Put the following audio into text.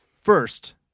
First